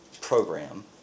program